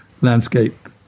landscape